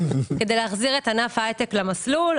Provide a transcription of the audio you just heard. כדי להחזיר את ענף ההייטק למסלול,